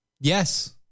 Yes